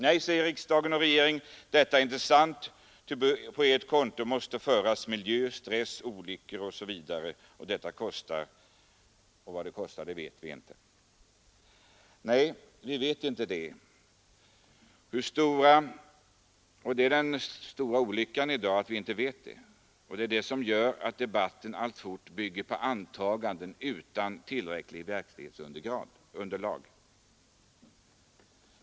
Nej, äger riksdag och regering, detta är inte sant, ty på ert konto måste föras miljö, stress, olyckor osv, och vad det kostar vet vi inte. Nej, vi vet inte det, och det är den stora olyckan i dag, och det är det som gör att debatten alltfort bygger på antaganden utan tillräckligt verklighetsunder lag.